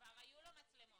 --- שכבר היו לו מצלמות.